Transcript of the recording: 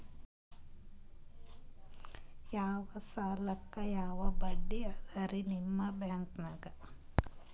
ಯಾ ಸಾಲಕ್ಕ ಯಾ ಬಡ್ಡಿ ಅದರಿ ನಿಮ್ಮ ಬ್ಯಾಂಕನಾಗ?